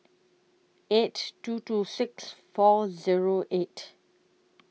eight two two six four Zero eight